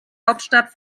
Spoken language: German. hauptstadt